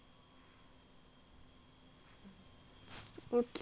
okay lah